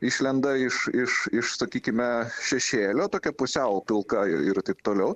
išlenda iš iš iš sakykime šešėlio tokia pusiau pilka ir taip toliau